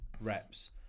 reps